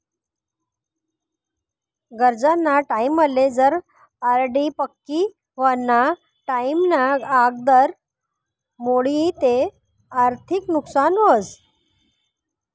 गरजना टाईमले जर का आर.डी पक्की व्हवाना टाईमना आगदर मोडी ते आर्थिक नुकसान व्हस